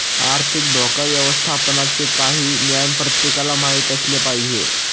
आर्थिक धोका व्यवस्थापनाचे काही ज्ञान प्रत्येकाला माहित असले पाहिजे